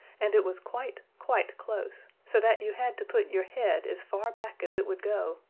and it was quite, quite close, so that you had to put your head as far back as it would go,